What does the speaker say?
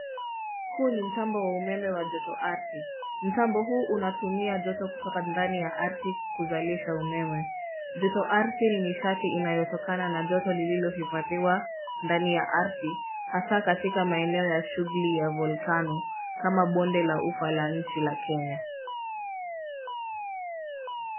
Huu ni mtambo wa umeme wa jotoardhi. Mtambo huu unatumia joto kutoka ndani ya ardhi kuzalisha umeme. Jotoardhi ni nishati inayotokana na joto lililohifadhiwa ndani ya ardhi hasa katika maeneo ya shughuli ya volkano kama bonde la ufa la nchi ya Kenya.